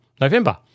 November